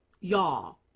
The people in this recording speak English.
Y'all